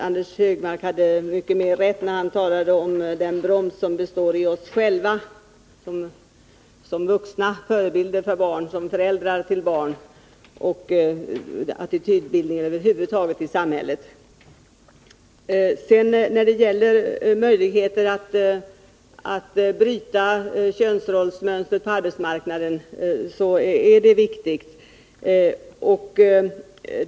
Anders Högmark hade mycket mera rätt när han talade om att vi själva utgör en broms — som vuxna förebilder för barn, som föräldrar till barn och när det gäller attitydbildningen över huvud taget i samhället. Att bryta könsrollsmönstret på arbetsmarknaden är viktigt.